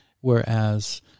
whereas